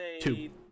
two